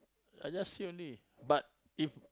I just see only but if